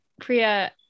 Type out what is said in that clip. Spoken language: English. Priya